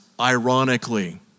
ironically